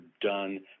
done